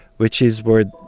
which is where,